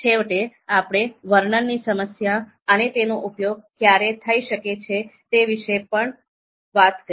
છેવટે આપણે વર્ણન ની સમસ્યા અને તેનો ઉપયોગ ક્યારે થઈ શકે તે વિશે પણ વાત કરી